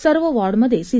सर्व वार्डमध्ये सी